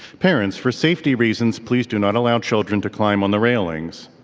parents, for safety reasons, please do not allow children to climb on the railings.